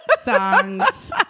songs